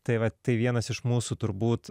tai va tai vienas iš mūsų turbūt